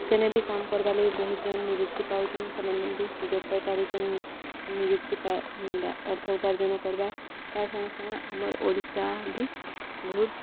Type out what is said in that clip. ସେନେ ବି କାମ କର୍ବାର ଲାଗି ବହୁତ ଜଣ ନିଯୁକ୍ତି ପାଉଛନ୍ ସେମାନେ ବି ସୁଯୋଗ ପାଇପାରୁଛନ୍ ନିଯୁକ୍ତି ଅର୍ଥ ଉପାର୍ଜନ କରିବା ତାର୍ ସାଙ୍ଗେ ସାଙ୍ଗେ ଆମର ଓଡ଼ିଶା ବି ବହୁତ